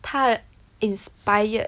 她 inspired